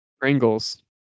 Pringles